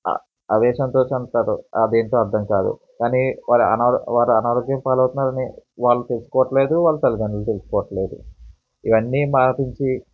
అవే సంతోషం అంటారు అదేంటో అర్ధం కాదు కానీ వాళ్ళు అనా వాళ్ళు అనారోగ్యం పాలవుతున్నారని వాళ్ళు తెలుసుకోవట్లేదు వాళ్ళ తల్లిదండ్రులు తెలుసుకోవట్లేదు ఇవన్నీ మానిపించి